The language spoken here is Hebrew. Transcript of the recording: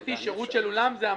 מבחינתי שירות של אולם זה המזון.